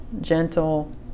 gentle